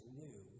new